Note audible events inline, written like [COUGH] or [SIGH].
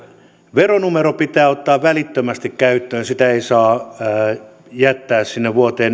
veronumero pitää ottaa välittömästi käyttöön sitä ei saa jättää sinne vuoteen [UNINTELLIGIBLE]